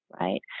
right